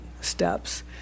steps